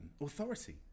authority